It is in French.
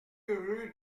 rue